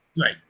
Right